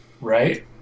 right